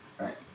right